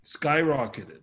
skyrocketed